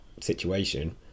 situation